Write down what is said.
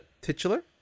titular